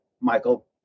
Michael